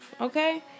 okay